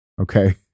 okay